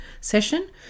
session